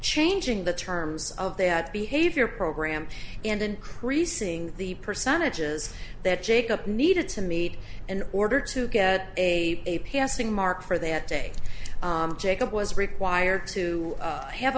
changing the terms of that behavior program and increasing the percentages that jake up needed to meet in order to get a passing mark for that day jacob was required to have